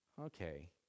okay